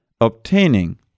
Obtaining